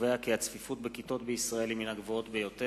הקובע כי הצפיפות בכיתות בישראל היא מן הגבוהות ביותר,